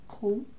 Cool